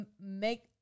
make